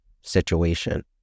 situation